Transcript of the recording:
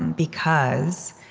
and because